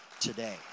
today